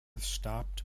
stopped